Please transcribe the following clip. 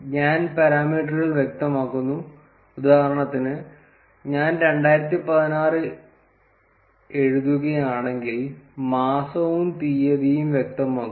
ഞാൻ പരാമീറ്ററുകൾ വ്യക്തമാക്കുന്നു ഉദാഹരണത്തിന് ഞാൻ 2016 എഴുതുകയാണെങ്കിൽ മാസവും തീയതിയും വ്യക്തമാക്കുക